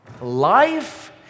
life